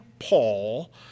Paul